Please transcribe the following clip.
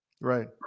Right